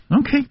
Okay